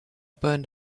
burned